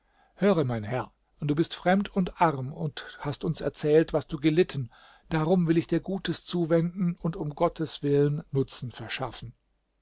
höre mein herr du bist fremd und arm und hast uns erzählt was du gelitten darum will ich dir gutes zuwenden und um gottes willen nutzen verschaffen